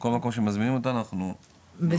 כל מקום שמזמינים אותנו אנחנו --- בסדר.